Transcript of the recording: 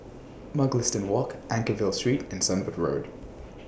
Mugliston Walk Anchorvale Street and Sunbird Road